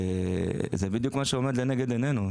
וזה בדיוק מה שעומד לנגד עינינו,